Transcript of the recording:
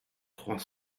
trois